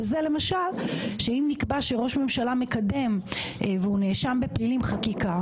וזה למשל שאם נקבע שראש ממשלה מקדם והוא נאשם בפלילים חקיקה